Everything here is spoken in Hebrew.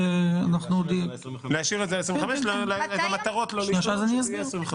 ולהשאיר את זה על 25. אנחנו נקיים עוד דיון,